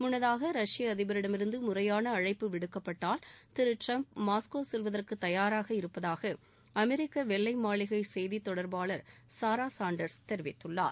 முன்னதாக ரஷ்ய அதிபரிடமிருந்து முறையாள அழைப்பு விடுக்கப்பட்டால் திரு டிரம்ப் மாஸ்கோ செல்வதற்கு தயாராக இருப்பதாக அமெரிக்க வெள்ளை மாளிகை செய்தி தொடர்பாளர் சாரா சாண்டர்ஸ் தெரிவித்துள்ளார்